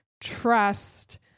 trust